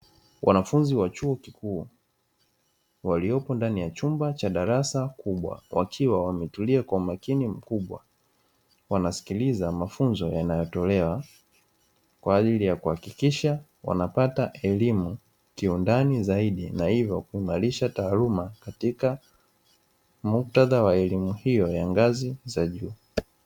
Wanafunzi wa chuo kikuu waliopo ndani ya chumba cha darasa kubwa wakiwa wametulia kwa umakini mkubwa, wanasikiliza mafunzo yanayotolewa kwa ajili ya kuhakikisha wanapata elimu kiundani zaidi na hivyo kuimarisha taaluma, katika muktaadha wa elimu hiyo ya ngazi za juu.